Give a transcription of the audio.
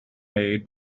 made